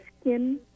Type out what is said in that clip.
skin